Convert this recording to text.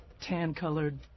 tan-colored